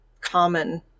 common